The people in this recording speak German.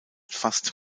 fast